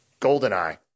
Goldeneye